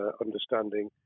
understanding